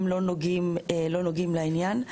הם לא נוגעים לעניין.